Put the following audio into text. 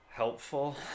Helpful